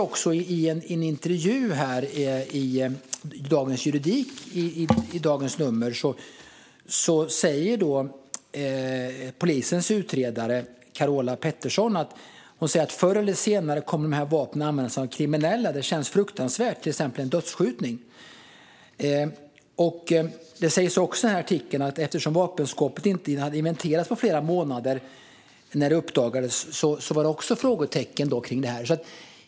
I en intervju i senaste Dagens Juridik säger polisens utredare Carola Pettersson att "förr eller senare kommer de här vapnen användas av kriminella", till exempel vid en dödsskjutning, och "det vore fruktansvärt". I artikeln står det också att "vapenskåpet inte hade inventerats på flera månader när det uppdagades att vapen saknades". Även kring det finns det frågetecken.